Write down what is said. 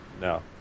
No